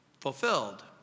Fulfilled